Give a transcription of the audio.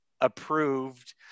approved